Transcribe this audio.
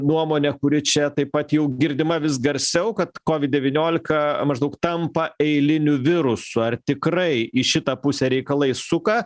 nuomonė kuri čia taip pat jau girdima vis garsiau kad kovid devyniolika maždaug tampa eiliniu virusu ar tikrai į šitą pusę reikalai suka